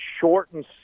shortened